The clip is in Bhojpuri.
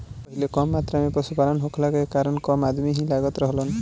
पहिले कम मात्रा में पशुपालन होखला के कारण कम अदमी ही लागत रहलन